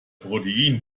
protein